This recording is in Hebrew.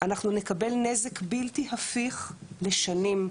אנחנו נקבל נזק בלתי הפיך לשנים.